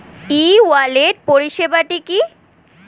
ই wallet পরিষেবাটি কি?